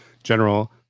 General